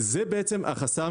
זה החסם